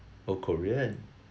oh korean